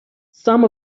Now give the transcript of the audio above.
some